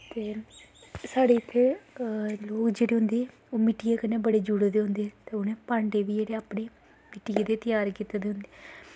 ते साढ़े इत्थें लोक जेह्ड़े होंदे ओह् मिट्टियै कन्नै बड़े जुड़े दे होंदे ते उ'नें भांडे बी जेह्ड़े अपने मिट्टियै दे त्यार कीते दे होंदे